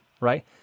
right